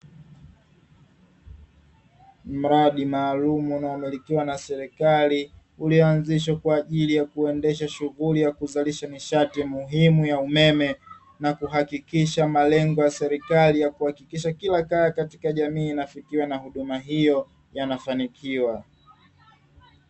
Mradi maalumu unaomilikiwa na serikali, ulioanzishwa kwa ajili ya kuendesha shughuli ya kuzalisha nishati muhimu ya umeme, na kuhakikisha malengo ya serikali ya kuhakikisha kila kaya katika jamii inafikiwa na huduma hiyo yanafanikiwa.